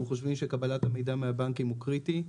חושבים שקבלת המידע מהבנקים היא קריטית.